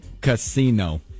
Casino